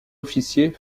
officiers